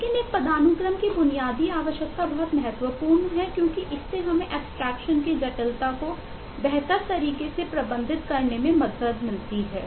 लेकिन एक पदानुक्रम की बुनियादी आवश्यकता बहुत महत्वपूर्ण है क्योंकि इससे हमें एब्स्ट्रेक्शन की जटिलता को बेहतर तरीके से प्रबंधित करने में मदद मिलती है